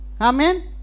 Amen